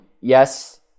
yes